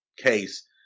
case